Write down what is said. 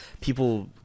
people